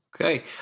Okay